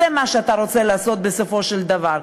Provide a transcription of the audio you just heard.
זה מה שאתה רוצה לעשות בסופו של דבר.